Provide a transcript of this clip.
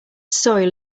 soil